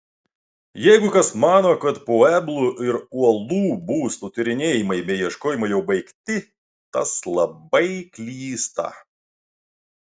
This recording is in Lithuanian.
jeigu kas mano kad pueblų ir uolų būstų tyrinėjimai bei ieškojimai jau baigti tas labai klysta